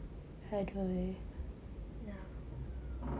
ya